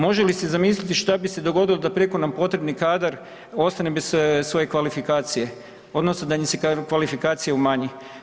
Može li se zamisliti što bi se dogodilo da prijeko nam potrebni kadar ostane bez svoje kvalifikacije, odnosno da im se kvalifikacija umanji.